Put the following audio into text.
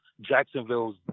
Jacksonville's